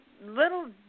little